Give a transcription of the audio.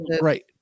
Right